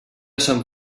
sant